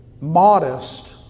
Modest